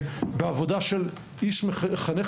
בעבודה של איש מחנך.